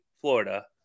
Florida